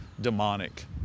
demonic